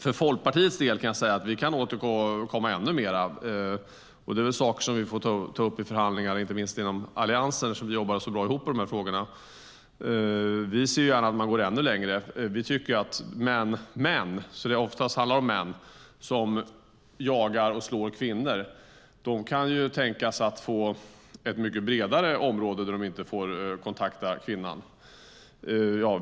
För Folkpartiets del kan jag säga att vi kan återkomma ännu mer, och det är väl saker som vi får ta upp i förhandlingar inte minst inom Alliansen, eftersom vi jobbar så bra ihop i de här frågorna. Vi ser gärna att man går ännu längre. Vi tycker att män - det handlar oftast om män - som jagar och slår kvinnor kan tänkas få ett bredare område som de inte får kontakta kvinnan på.